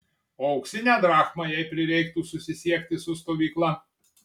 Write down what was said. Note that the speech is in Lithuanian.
o auksinę drachmą jei prireiktų susisiekti su stovykla